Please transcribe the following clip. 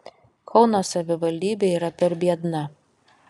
kauno savivaldybė yra per biedna